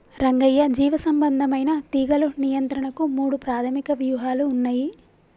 రంగయ్య జీవసంబంధమైన తీగలు నియంత్రణకు మూడు ప్రాధమిక వ్యూహాలు ఉన్నయి